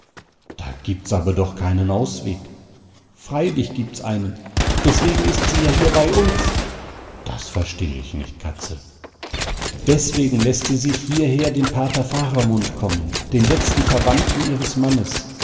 da gibt's aber doch keinen ausweg freilich gibt's einen deswegen ist sie ja hier bei uns das versteh ich nicht katzel deswegen läßt sie sich hierher den pater faramund kommen den letzten verwandten ihres mannes